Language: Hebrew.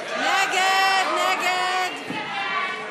סעיף תקציבי 98, רשות מקרקעי ישראל,